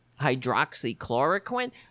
Hydroxychloroquine